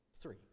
three